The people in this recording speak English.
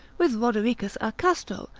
with rodericus a castro,